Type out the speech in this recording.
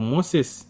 Moses